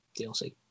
DLC